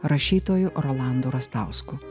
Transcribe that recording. rašytoju rolandu rastausku